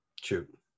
shoot